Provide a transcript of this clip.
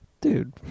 Dude